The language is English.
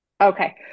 Okay